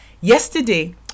yesterday